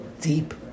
deep